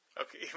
Okay